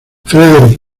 frederic